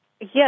Yes